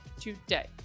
today